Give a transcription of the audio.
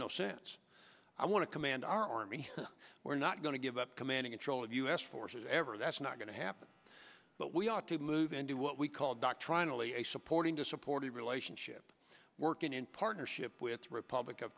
no sense i want to command our army we're not going to give up commanding control of u s forces ever that's not going to happen but we ought to move and do what we call doctrinally a supporting to support a relationship working in partnership with republic of